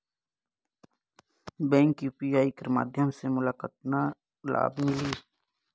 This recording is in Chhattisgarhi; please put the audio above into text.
बैंक यू.पी.आई कर माध्यम ले मोला कतना लाभ मिली?